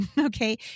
okay